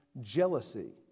jealousy